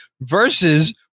versus